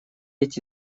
эти